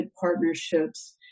partnerships